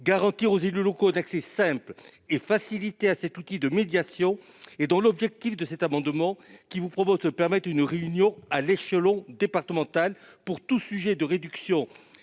garantir aux élus locaux d'accès simple et faciliter à cet outil de médiation et dont l'objectif de cet amendement qui vous propose de permettre une réunion à l'échelon départemental pour tout sujet de réduction